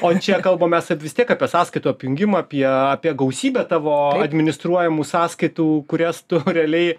o čia kalbam mes vis tiek apie sąskaitų apjungimą apie apie gausybę tavo administruojamų sąskaitų kurias tu realiai